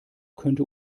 könnte